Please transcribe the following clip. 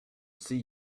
see